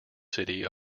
city